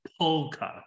polka